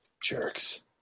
Jerks